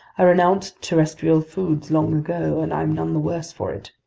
i renounced terrestrial foods long ago, and i'm none the worse for it.